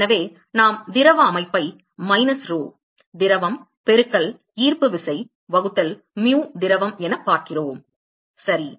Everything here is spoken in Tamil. எனவே நாம் திரவ அமைப்பை மைனஸ் ரோ திரவம் பெருக்கல் ஈர்ப்பு விசை வகுத்தல் mu திரவம் liquid system minus rho liquid into gravity divided by mu liquid எனப் பார்க்கிறோம் சரி